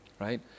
right